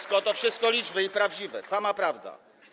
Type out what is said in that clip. To wszystko liczby, prawdziwe, sama prawda.